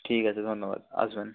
ঠিক আছে ধন্যবাদ আসবেন